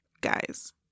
guys